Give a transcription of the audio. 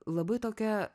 labai tokia